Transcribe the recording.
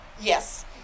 Yes